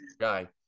guy